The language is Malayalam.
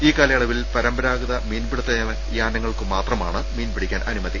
ഈ കാലയളവിൽ പരമ്പരാഗത മീൻപിടുത്ത യാനങ്ങൾക്കുമാത്രമാണ് മീൻ പിടി ക്കാൻ അനുമതി